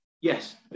yes